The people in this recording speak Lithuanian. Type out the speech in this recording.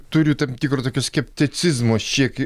turiu tam tikro tokio skepticizmo šiek